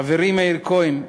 חברי מאיר כהן,